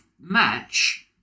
match